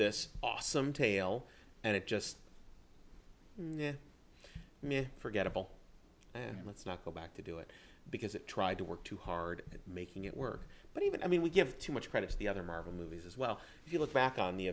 this awesome tale and it just forgettable and let's not go back to do it because it tried to work too hard at making it work but even i mean we give too much credit to the other marvel movies as well if you look back on the